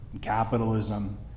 capitalism